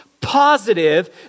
positive